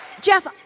Jeff